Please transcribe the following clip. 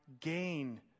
gain